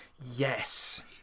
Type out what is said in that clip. Yes